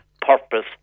purpose